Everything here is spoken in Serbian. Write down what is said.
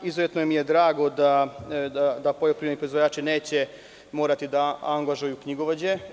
Izuzetno mi je drago da poljoprivredni proizvođači neće morati da angažuju knjigovođe.